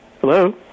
Hello